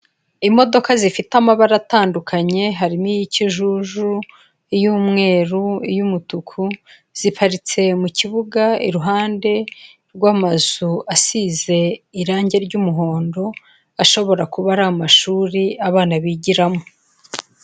Imodoka zifite amabara atandukanye harimo iy'ikijuju, iy'umweru, iy'umutuku, ziparitse mu kibuga iruhande rw'amazu asize irange ry'umuhondo ashobora kuba ari amashuri abana bigiramo.